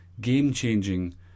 game-changing